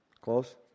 Close